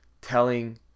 telling